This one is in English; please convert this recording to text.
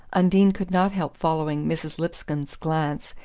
undine could not help following mrs. lipscomb's glance,